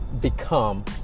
become